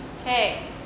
Okay